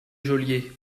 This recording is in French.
geôlier